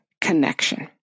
connection